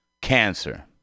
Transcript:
cancer